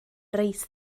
reit